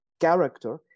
character